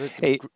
hey